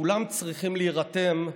כולם צריכים להירתם,